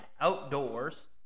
outdoors